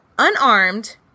Unarmed